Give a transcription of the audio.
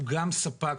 הוא גם ספק